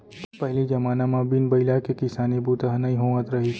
पहिली जमाना म बिन बइला के किसानी बूता ह नइ होवत रहिस